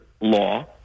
law